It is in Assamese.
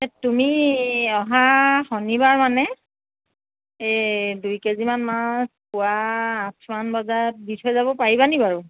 তুমি অহা শনিবাৰমানে এই দুই কেজিমান মাছ পুৱা আঠমান বজাত দি থৈ যাব পাৰিবানি বাৰু